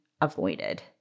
avoided